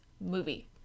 movie